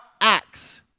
Acts